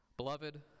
Beloved